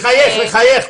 ולחייך, לחייך.